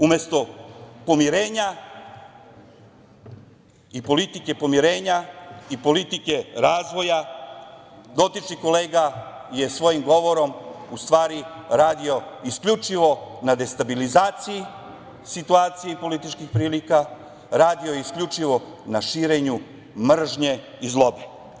Umesto pomirenja i politike pomirenja i politike razvoja, dotični kolega je svojim govorom radio isključivo na destabilizaciji situacije i političkih prilika, radio isključio na širenju mržnje i zlobe.